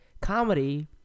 comedy